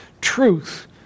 truth